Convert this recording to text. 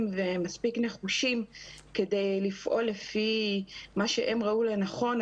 ומספיק נחושים כדי לפעול לפי מה שהם ראו לנכון,